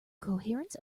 coherence